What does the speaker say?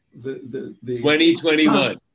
2021